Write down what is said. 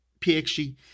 pxg